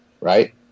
right